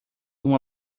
uma